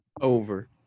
Over